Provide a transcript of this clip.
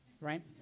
Right